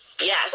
yes